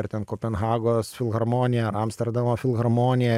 ar ten kopenhagos filharmonija ar amsterdamo filharmonija